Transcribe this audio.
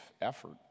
effort